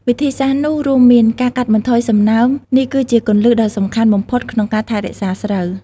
វិធីសាស្រ្តនោះរួមមាន ការកាត់បន្ថយសំណើម នេះគឺជាគន្លឹះដ៏សំខាន់បំផុតក្នុងការថែរក្សាស្រូវ។